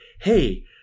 Hey